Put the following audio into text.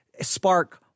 spark